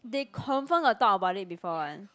they confirm got talk about it before one